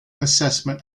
assessment